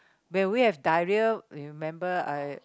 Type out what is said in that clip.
when we have diarrhoea remember I